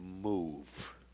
move